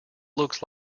looks